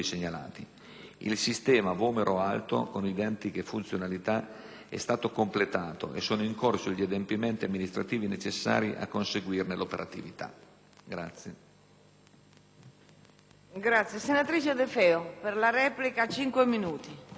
Il sistema "Vomero Alto", con identiche funzionalità, è stato completato e sono in corso gli adempimenti amministrativi necessari a consentirne l'operatività. [DE